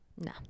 No